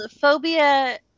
phobia